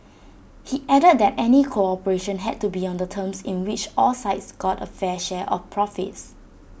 he added that any cooperation had to be on terms in which all sides got A fair share of profits